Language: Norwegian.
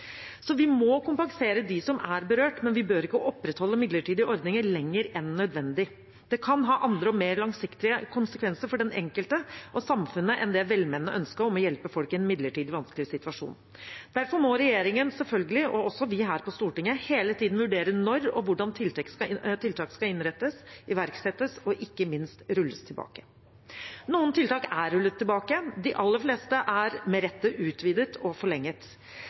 Så vi må kompensere dem som er berørt, men vi bør ikke opprettholde midlertidige ordninger lenger enn nødvendig. Det kan ha andre og mer langsiktige konsekvenser for den enkelte og samfunnet enn det velmente ønsket om å hjelpe folk i en midlertidig vanskelig situasjon. Derfor må regjeringen selvfølgelig, og også vi her på Stortinget, hele tiden vurdere når og hvordan tiltakene skal innrettes, iverksettes og ikke minst rulles tilbake. Noen tiltak er rullet tilbake, de aller fleste er med rette utvidet og forlenget.